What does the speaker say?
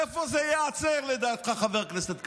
איפה זה ייעצר, לדעתך, חבר הכנסת כהנא?